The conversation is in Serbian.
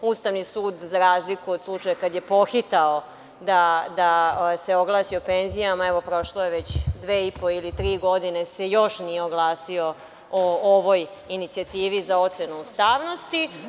Ustavni sud, za razliku od slučaja kada je pohitao da se oglasi o penzijama, evo prošlo je već dve i po ili tri godine se još nije oglasio ovoj inicijativi za ocenu ustavnosti.